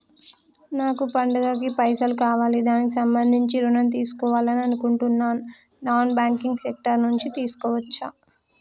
నాకు పండగ కి పైసలు కావాలి దానికి సంబంధించి ఋణం తీసుకోవాలని అనుకుంటున్నం నాన్ బ్యాంకింగ్ సెక్టార్ నుంచి తీసుకోవచ్చా?